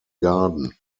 garden